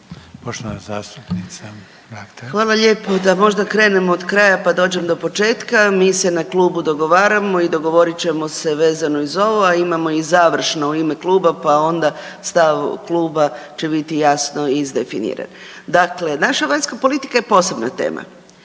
Hvala lijepo. Da možda krenem od kraja pa dođem do početka. Mi se na klubu dogovaramo i dogovorit ćemo se vezano i za ovo, a imamo i završno u ime kluba, pa onda stav kluba će biti jasno izdefiniran. Dakle naša vanjska politika je posebna tema.